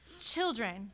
Children